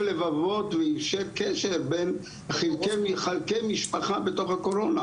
לבבות ויישר קשר בין חלקי מחלקי משפחה בתוך הקורונה